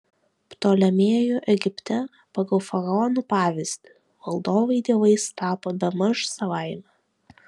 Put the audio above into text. ptolemėjų egipte pagal faraonų pavyzdį valdovai dievais tapo bemaž savaime